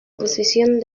posición